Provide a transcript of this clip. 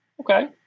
okay